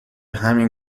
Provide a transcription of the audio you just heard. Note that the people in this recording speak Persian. همین